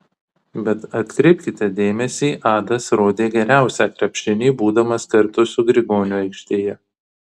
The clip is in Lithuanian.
bet atkreipkite dėmesį adas rodė geriausią krepšinį būdamas kartu su grigoniu aikštėje